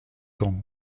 ans